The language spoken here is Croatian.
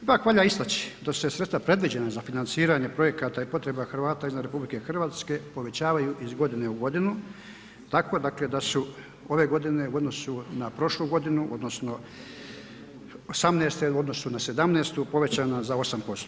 Ipak valja istaći da su sredstva predviđena za financiranje projekata i potreba Hrvata izvan RH povećavaju iz godine i godinu tako da su ove godine u odnosu na prošlu godinu odnosno '18. u odnosu na '17. povećana za 8%